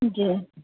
جی